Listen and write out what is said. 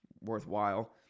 worthwhile